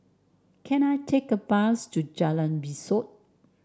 can I take a bus to Jalan Besut